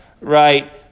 right